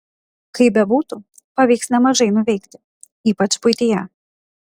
kaip bebūtų pavyks nemažai nuveikti ypač buityje